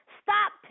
stop